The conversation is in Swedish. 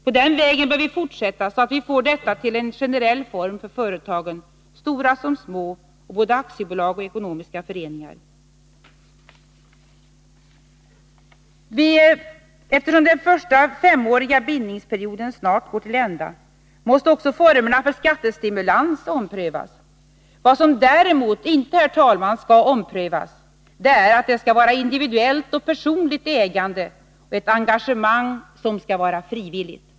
På den vägen bör vi fortsätta så att detta blir en generell form för företagen, stora som små och både aktiebolag och ekonomiska föreningar. Eftersom den första femåriga bindningsperioden snart går till ända måste också formerna för skattestimulans omprövas. Vad som däremot inte skall omprövas, herr talman, är att det skall vara individuellt och personligt ägande och ett engagemang som skall vara frivilligt.